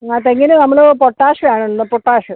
ആ തെങ്ങിന് നമ്മൾ പൊട്ടാഷ് ആണ് ഉള്ളത് പൊട്ടാഷ്